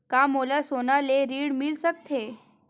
का मोला सोना ले ऋण मिल सकथे?